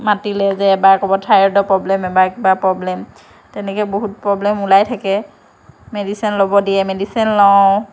মাতিলে যে এবাৰ ক'ব থাইৰডৰ প্ৰবলেম এবাৰ কিবা প্ৰবলেম তেনেকৈ বহুত প্ৰবলেম ওলাই থাকে মেডিচিন ল'ব দিয়ে মেডিচিন লওঁ